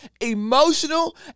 emotional